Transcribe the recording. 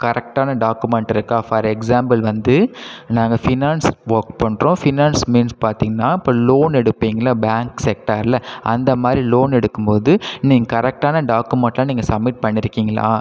கரெக்டான டாக்குமண்ட் இருக்கா for example வந்து நாங்கள் ஃபினான்ஸ் ஒர்க் பண்ணுறோம் ஃபினான்ஸ் மீன்ஸ் பார்த்தீங்கனா இப்போ லோன் எடுப்பிங்களே பேங்க் செக்டாரில் அந்த மாதிரி லோன் எடுக்கும் போது நீங்கள் கரெக்டான டாக்குமண்ட்லாம் நீங்கள் சப்மிட் பண்ணிருக்கீங்களா